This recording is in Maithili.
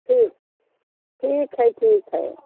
ठीक ठीक हइ ठीक हइ